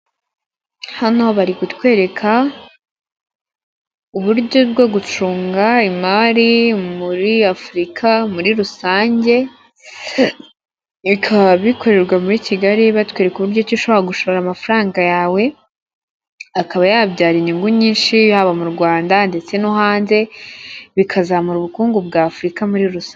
Hano bari kutwereka uburyo bwo gucunga imari muri Afurika muri rusange bikaba bikorerwa muri Kigali batwereka uburyo icyo ishobora gushora amafaranga yawe akaba yabyara inyungu nyinshi yaba mu Rwanda ndetse no hanze, bikazamura ubukungu bwa Afurika muri rusa....